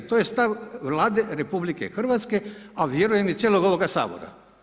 To je stav Vlade RH a vjerujem i cijeloga ovoga Sabora.